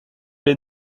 est